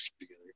together